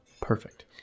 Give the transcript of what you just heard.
perfect